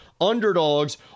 underdogs